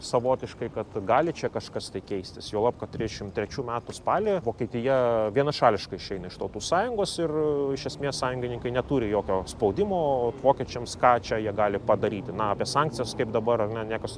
savotiškai kad gali čia kažkas keistis juolab kad trisdešimt trečių metų spalį vokietija vienašališkai išeina iš tautų sąjungos ir iš esmės sąjungininkai neturi jokio spaudimo vokiečiams ką čia jie gali padaryti na apei sankcijas kaip dabar ar ne niekas